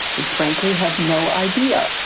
we frankly have no idea.